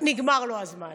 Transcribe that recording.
נגמר לו הזמן,